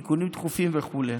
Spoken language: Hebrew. תיקונים דחופים וכו'.